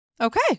Okay